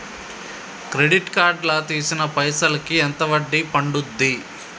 Credit card లా తీసిన పైసల్ కి ఎంత వడ్డీ పండుద్ధి?